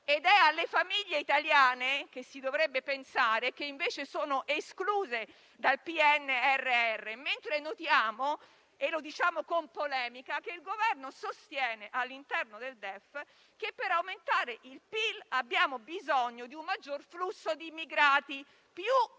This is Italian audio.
È alle famiglie italiane che si dovrebbe pensare e invece sono escluse dal PNRR, mentre notiamo - lo diciamo con polemica - che il Governo sostiene, all'interno del DEF, che per aumentare il PIL abbiamo bisogno di un maggior flusso di immigrati, con un